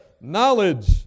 knowledge